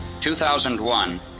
2001